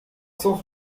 cent